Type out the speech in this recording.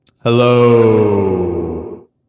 Hello